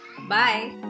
Bye